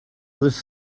this